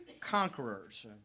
conquerors